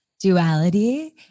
duality